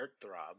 Heartthrob